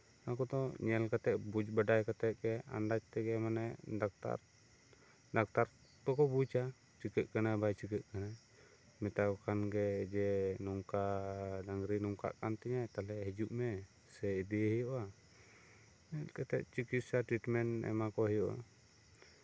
ᱱᱚᱣᱟ ᱠᱚᱫᱚ ᱧᱮᱞ ᱠᱟᱛᱮᱜ ᱵᱩᱡᱽ ᱵᱟᱰᱟᱭ ᱠᱟᱛᱮᱜ ᱜᱮ ᱟᱱᱫᱟᱡᱽ ᱛᱮᱜᱮ ᱢᱟᱱᱮ ᱰᱟᱠᱴᱟᱨ ᱰᱟᱠᱴᱟᱨ ᱠᱚᱠᱚ ᱵᱩᱡᱽᱼᱟ ᱪᱤᱠᱟᱜ ᱠᱟᱱᱟ ᱵᱟᱭ ᱪᱤᱠᱟᱹᱜ ᱠᱟᱱᱟ ᱢᱮᱛᱟ ᱠᱚ ᱠᱷᱟᱱᱜᱮ ᱡᱮ ᱱᱚᱝᱠᱟ ᱰᱟᱝᱨᱤ ᱱᱚᱝᱠᱟᱜ ᱠᱟᱱ ᱛᱤᱧᱟ ᱛᱟᱦᱞᱮ ᱦᱤᱡᱩᱜ ᱢᱮ ᱥᱮ ᱤᱫᱤᱭᱮ ᱦᱩᱭᱩᱜᱼᱟ ᱧᱮᱞ ᱠᱟᱛᱮᱜ ᱪᱤᱠᱤᱛᱥᱟ ᱴᱤᱴᱢᱮᱱᱴ ᱮᱢᱟ ᱠᱚ ᱦᱩᱭᱩᱜᱼᱟ